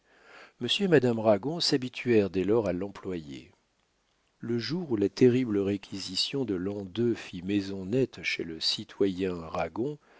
monsieur et madame ragon s'habituèrent dès lors à l'employer le jour où la terrible réquisition de l'an ii fit maison nette chez le citoyen